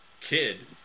kid